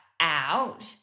out